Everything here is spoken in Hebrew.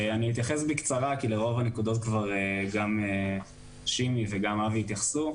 אני אתייחס בקצרה כי לרוב הנקודות כבר גם שימי וגם אבי התייחסו.